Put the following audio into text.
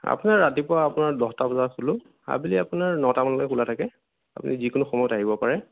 আপোনাৰ ৰাতিপুৱা আপোনাৰ দহটা বজাত খোলো আবেলি আপোনাৰ নটা মানলৈকে খোলা থাকে আপুনি যিকোনো সময়ত আহিব পাৰে